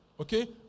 Okay